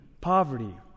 poverty